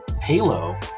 Halo